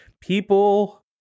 people